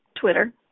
Twitter